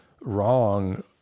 wrong